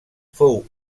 fou